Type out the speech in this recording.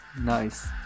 Nice